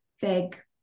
big